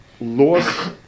lost